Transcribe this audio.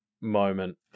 moment